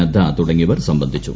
നദ്ദ തുടങ്ങിയവർ സംബന്ധിച്ചു